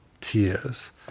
tears